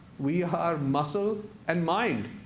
we are muscle and mind.